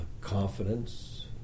confidence